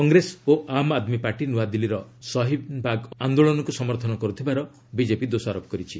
କଂଗ୍ରେସ ଓ ଆମ୍ ଆଦମୀ ପାର୍ଟି ନୂଆଦିଲ୍ଲୀର ଶହୀନବାଗ ଆନ୍ଦୋଳନକୁ ସମର୍ଥନ କରୁଥିବାର ବିଜେପି ଦୋଷାରୋପ କରିଛି